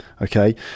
Okay